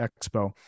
expo